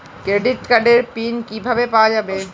Credit কার্ডের pin কিভাবে পাওয়া যাবে?